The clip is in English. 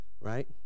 Right